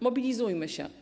Mobilizujmy się.